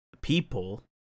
people